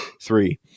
Three